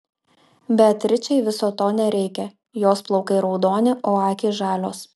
beatričei viso to nereikia jos plaukai raudoni o akys žalios